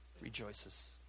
rejoices